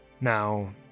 Now